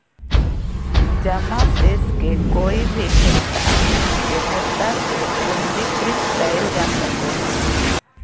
जमा शेष के कोय भी हिस्सा के मुद्दा से पूंजीकृत कइल जा सको हइ